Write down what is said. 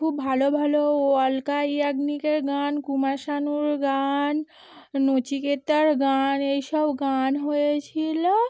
খুব ভালো ভালো অলকা ইয়াগনিকের গান কুমার শানুর গান নচিকেতার গান এইসব গান হয়েছিলো